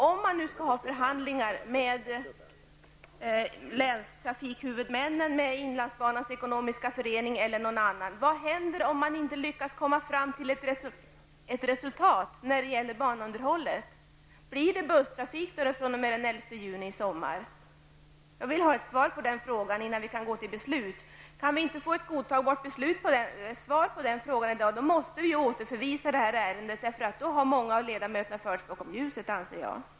Om man nu skall förhandla med länstrafikhuvudmännen, inlandsbanans ekonomiska förening eller någon annan, vad händer då om man inte lyckas komma fram till ett resultat i fråga om banunderhållet? Blir det busstrafik då fr.o.m. den 11 juni i sommar? Jag vill ha ett svar på den frågan innan vi går till beslut. Kan vi inte få ett godtagbart svar på frågan, måste vi återförvisa ärendet, för då anser jag att många av ledamöterna har förts bakom ljuset.